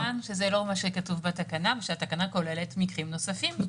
אנחנו מסכימים כמובן שזה לא מה שכתוב בתקנה ושהתקנה כוללת מקרים נוספים.